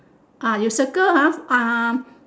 ah you circle uh ah